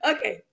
Okay